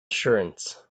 assurance